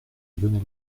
lionel